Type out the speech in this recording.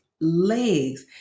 legs